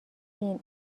فین